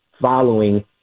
following